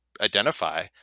identify